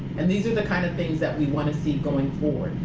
and these are the kind of things that we want to see going forward.